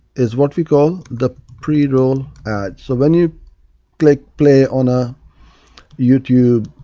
is what we call the pre-roll ad. so when you click play on a youtube